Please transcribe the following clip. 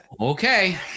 Okay